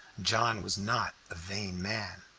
john was not a vain man,